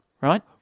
right